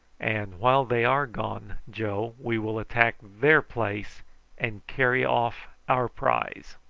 and while they are gone, joe, we will attack their place and carry off our prize!